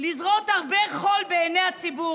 לזרות הרבה חול בעיני הציבור.